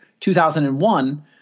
2001